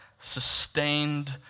sustained